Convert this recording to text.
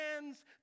hands